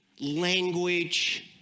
language